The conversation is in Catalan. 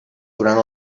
durant